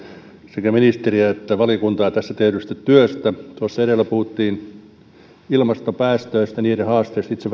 sekä ministeriä että valiokuntaa tästä tehdystä työstä tuossa edellä puhuttiin ilmastopäästöistä niiden haasteista itse